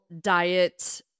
diet